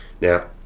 Now